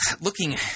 looking